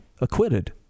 acquitted